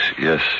yes